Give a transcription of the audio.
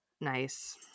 nice